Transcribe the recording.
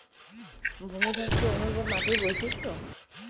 ভূমিধস কি অনুর্বর মাটির বৈশিষ্ট্য?